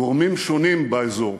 גורמים שונים באזור,